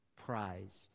prized